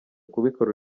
kubikora